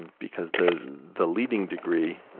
because the the leading degree,